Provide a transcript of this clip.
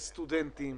סטודנטים,